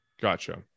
Gotcha